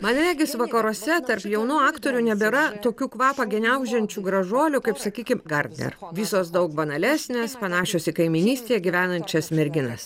man regis vakaruose tarp jaunų aktorių nebėra tokių kvapą gniaužiančių gražuolių kaip sakykime gardner visos daug banalesnės panašios į kaimynystėje gyvenančias merginas